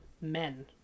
Men